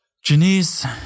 Janice